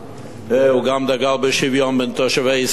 הוא גם דגל בשוויון בין תושבי ישראל,